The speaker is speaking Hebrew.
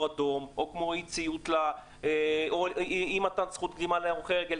אדום או כמו אי-מתן זכות קדימה להולכי רגל.